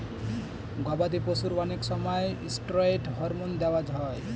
গবাদি পশুর অনেক সময় স্টেরয়েড হরমোন দেওয়া হয়